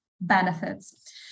benefits